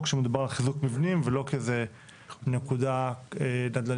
שמדובר על חיזוק מבנים ולא כאיזה נקודה נדל"נית.